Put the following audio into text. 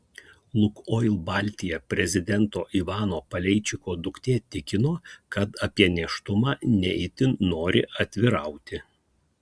lukoil baltija prezidento ivano paleičiko duktė tikino kad apie nėštumą ne itin nori atvirauti